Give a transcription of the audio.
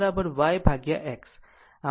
તો tan delta y ભાગ્યા x